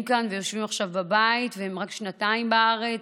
כאן ויושבים עכשיו בבית והם רק שנתיים בארץ,